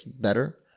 better